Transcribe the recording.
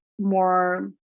more